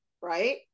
right